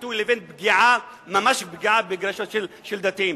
ביטוי לבין ממש פגיעה ברגשות של דתיים.